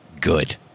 good